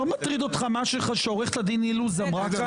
לא מטריד אותך מה שעורכת הדין אילוז אמרה כאן?